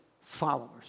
followers